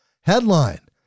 headline